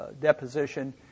deposition